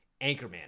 Anchorman